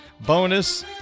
bonus